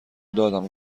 دادم